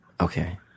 okay